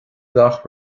gach